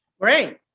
great